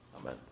Amen